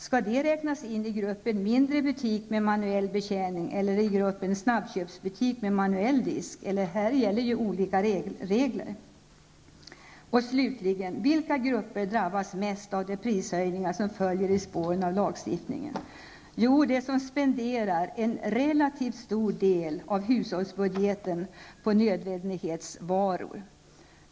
Skall de räknas in i gruppen mindre butik med manuell betjäning eller i gruppen snabbköpsbutik med manuell disk? Här gäller ju olika regler. Vilka grupper är det slutligen som drabbas mest av de prishöjningar som följer i spåren av lagstiftningen? Jo, de som spenderar en relativt stor del av hushållsbudgeten på nödvändighetsvaror.